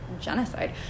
genocide